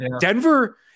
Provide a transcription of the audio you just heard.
Denver